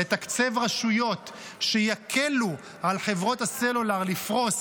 לתקצב רשויות שיקלו על חברות הסלולר לפרוס